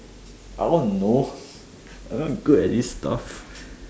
I don't know I'm not good at this stuff